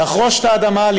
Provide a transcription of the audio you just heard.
לחרוש את האדמה,